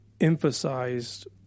emphasized